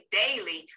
daily